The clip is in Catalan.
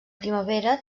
primavera